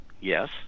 Yes